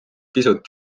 pisut